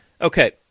Okay